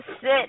sit